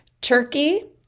Turkey